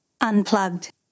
unplugged